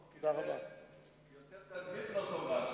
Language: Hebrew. זה יוצר תדמית לא טובה,